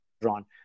drawn